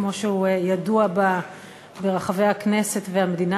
שהוא ידוע בה ברחבי הכנסת והמדינה,